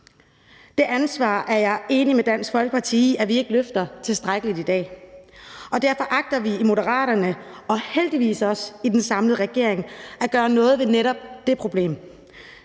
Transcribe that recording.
Det ansvar er jeg enig med Dansk Folkeparti i at vi ikke løfter tilstrækkeligt i dag. Og derfor agter vi i Moderaterne og heldigvis også i den samlede regering at gøre noget ved netop det problem.